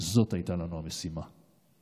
זאת הייתה המשימה שלנו.